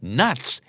nuts